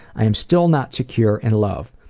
i'm still not secure in love.